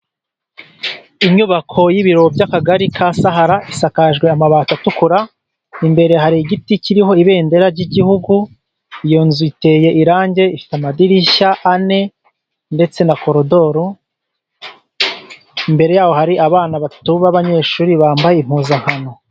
Inyubako y'ibiro by'Akagari ka Sahara, isakajwe amabati atukura imbere hari igiti kiriho ibendera ry'Igihugu, iyo nzu iteye irangi ifite amadirishya ane ndetse na koridoro, mbere yaho hari abana batatu b'abanyeshuri bambaye impuzankano.